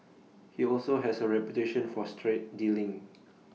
he also has A reputation for straight dealing